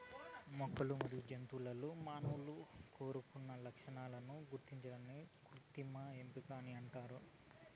మొక్కలు మరియు జంతువులలో మానవులు కోరుకున్న లక్షణాలను గుర్తించడాన్ని కృత్రిమ ఎంపిక అంటారు